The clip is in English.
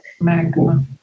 Magma